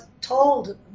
told